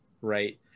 right